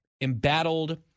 embattled